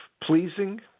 pleasing